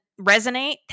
resonate